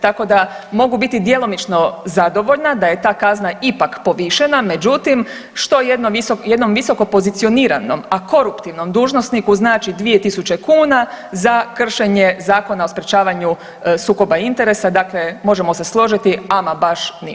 Tako da mogu biti djelomično zadovoljna da je ta kazna ipak povišena međutim, što jednom visokopozicioniranom a koruptivnom dužnosniku znači 2.000 kuna za kršenje Zakona o sprječavanju sukoba interesa dakle možemo se složiti ama baš ništa.